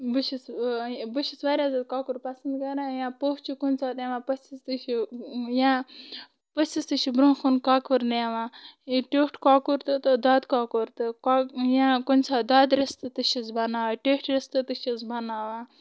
بہٕ چھَس بہٕ چھَس واریاہ زیادٕ کۄکُر پسنٛد کران یا پوٚژھ چھِ کُنہِ ساتہٕ یِوان پٔژِھس تہِ چھِ یا پٔژِھس تہِ چھِ برۄنٛہہ کُن کۄکُر نِوان ٹیٚوٹھ کۄکُر تہِ تہِ دۄدٕ کۄکُر تہِ کۄ یا کُنہِ ساتہٕ دۄدٕ رِستہٕ تہِ چھِس بناوان ٹیٚٹھۍ رِستہٕ تہِ چھِس بناوان